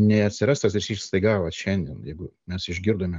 neatsiras tas ryšys staiga vot šiandien jeigu mes išgirdome